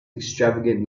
extravagant